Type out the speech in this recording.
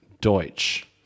Deutsch